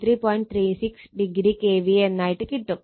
36o KVA എന്നായിട്ട് കിട്ടും